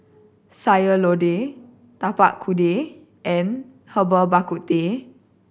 Sayur Lodeh Tapak Kuda and Herbal Bak Ku Teh